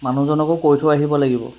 মানুহজনকো কৈ থৈ আহিব লাগিব